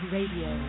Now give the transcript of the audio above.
Radio